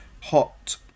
hot